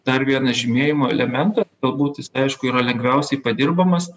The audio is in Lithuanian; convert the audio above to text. dar vieną žymėjimo elementą galbūt jis aišku yra lengviausiai padirbamas